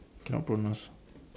cannot pronounce